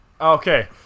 Okay